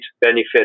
benefit